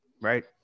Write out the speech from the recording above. right